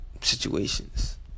situations